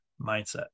mindset